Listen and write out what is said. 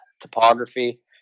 topography